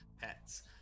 pets